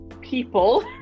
people